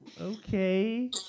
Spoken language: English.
Okay